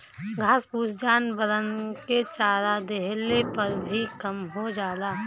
घास फूस जानवरन के चरा देहले पर भी कम हो जाला